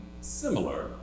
similar